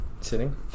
sitting